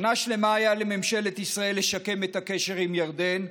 שנה שלמה הייתה לממשלת ישראל לשקם את הקשר עם ירדן,